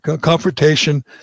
confrontation